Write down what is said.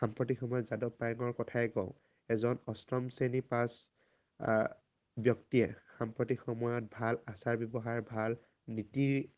সাম্প্ৰতিক সময়ত যাদৱ পায়েঙৰ কথাই কওঁ এজন অষ্টম শ্ৰেণী পাছ ব্যক্তিয়ে সাম্প্ৰতিক সময়ত ভাল আচাৰ ব্যৱহাৰ ভাল নীতিৰ